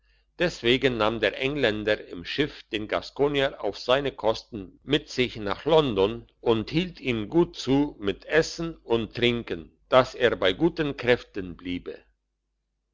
deswegen nahm der engländer im schiff den gaskonier auf seine kosten mit sich nach london und hielt ihm gut zu mit essen und trinken dass er bei guten kräften bliebe